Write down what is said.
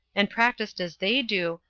and practiced as they do,